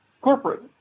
corporate